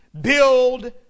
build